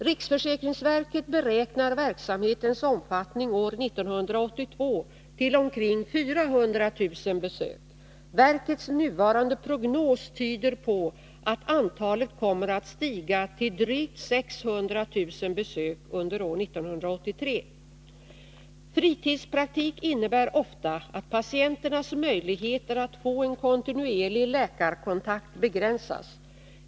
Riksförsäkringsverket beräknar verksamhetens omfattning år 1982 till omkring 400 000 besök. Verkets nuvarande prognos tyder på att antalet kommer att stiga till drygt 600 000 besök under år 1983. Fritidspraktik innebär ofta att patienternas möjligheter att få en kontinuerlig läkarkontakt begränsas.